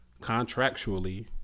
contractually